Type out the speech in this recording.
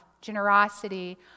generosity